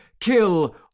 kill